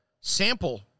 sample